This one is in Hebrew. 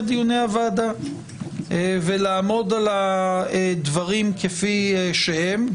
דיוני הוועדה ולעמוד על הדברים כפי שהם.